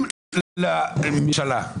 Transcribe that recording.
אם לממשלה,